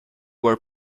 were